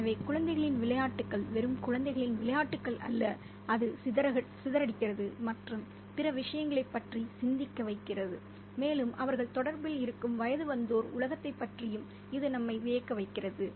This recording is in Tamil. எனவே குழந்தைகளின் விளையாட்டுக்கள் வெறும் குழந்தைகளின் விளையாட்டுகள் அல்ல அது சிதறடிக்கிறது மற்றும் பிற விஷயங்களைப் பற்றி சிந்திக்க வைக்கிறது மேலும் அவர்கள் தொடர்பில் இருக்கும் வயதுவந்தோர் உலகத்தைப் பற்றியும் இது நம்மை வியக்க வைக்கிறது